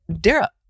Dara